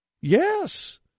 Yes